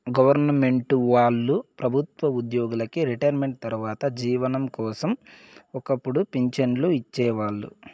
government వాళ్ళు ప్రభుత్వ ఉద్యోగులకి రిటైర్మెంటు తర్వాత జీవనం కోసం ఒక్కపుడు పింఛన్లు ఇచ్చేవాళ్ళు